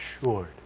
assured